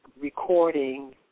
Recording